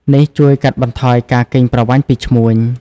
នេះជួយកាត់បន្ថយការកេងប្រវ័ញ្ចពីឈ្មួញ។